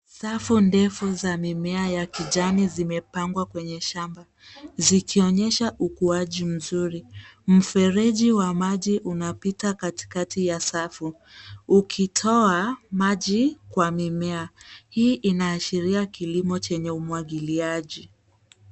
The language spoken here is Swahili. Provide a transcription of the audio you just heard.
Safu ndefu za mimea ya kijani zimepangwa kwenye shamba, zikionesha ukuaji mzuri. Mfereji wa maji unapita katikati ya safu ukitoa maji kwa mimea .Hii inaashiria kilimo chenye umwagiliaji.